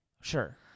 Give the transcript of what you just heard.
Sure